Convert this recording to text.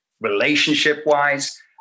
relationship-wise